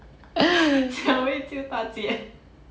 小妹救大姐